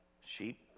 Sheep